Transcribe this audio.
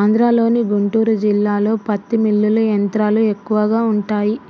ఆంధ్రలోని గుంటూరు జిల్లాలో పత్తి మిల్లులు యంత్రాలు ఎక్కువగా ఉంటాయి